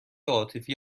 عاطفی